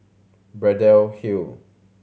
Braddell Hill